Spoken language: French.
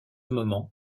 moment